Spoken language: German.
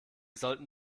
sollten